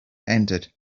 entered